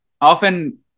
Often